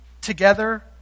together